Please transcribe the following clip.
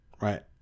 right